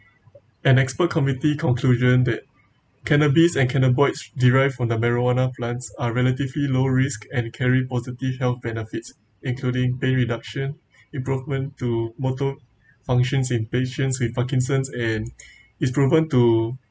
an expert committee conclusion that cannabis and cannabinoids derived from the marijuana plants are relatively low risk and carried positive health benefits including pain reduction improvement to motor functions in patients with Parkinson's and is proven to